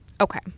Okay